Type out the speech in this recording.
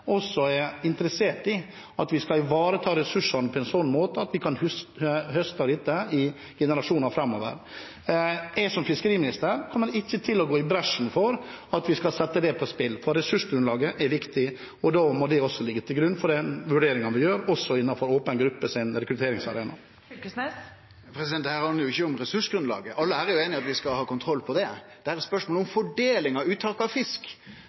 er interessert i at vi skal ivareta ressursene på en slik måte at en kan høste av dette i generasjoner framover. Jeg, som fiskeriminister, kommer ikke til å gå i bresjen for at vi skal sette dette på spill, for ressursgrunnlaget er viktig, og da må det også ligge til grunn for de vurderingene vi gjør, også innenfor åpen gruppe, som er en rekrutteringsarena. Det blir oppfølgingsspørsmål – først Torgeir Knag Fylkesnes. Dette handlar ikkje om ressursgrunnlaget. Alle her er jo einige om at vi skal ha kontroll på det. Dette er eit spørsmål om fordelinga av uttaket av fisk,